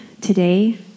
today